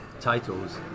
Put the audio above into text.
titles